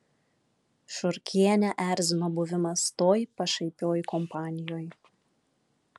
šurkienę erzino buvimas toj pašaipioj kompanijoj